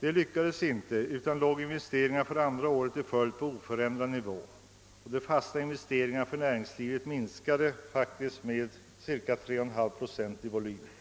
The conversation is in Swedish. Detta lyckades inte, utan investeringarna låg för andra året i följd på en oförändrad nivå. Näringslivets fasta investeringar minskade med 3,5 procent i volym räknat.